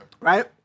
right